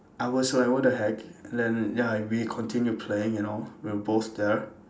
I was like what the heck then ya we continued playing and all we were both there